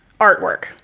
artwork